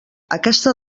aquesta